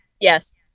Yes